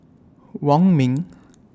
Wong Ming